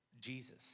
Jesus